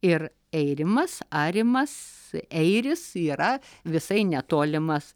ir eirimas arimas eiris yra visai netolimas